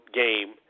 game